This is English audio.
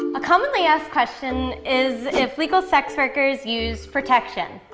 a commonly asked question is if legal sex workers use protection.